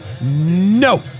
no